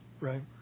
right